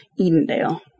Edendale